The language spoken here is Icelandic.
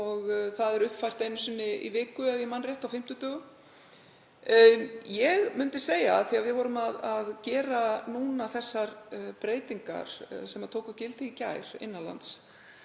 og það er uppfært einu sinni í viku, ef ég man rétt, á fimmtudögum. Ég myndi segja, af því að við vorum að gera þessar breytingar sem tóku gildi í gær innan lands